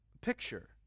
picture